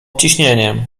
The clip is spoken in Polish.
ciśnieniem